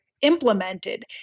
implemented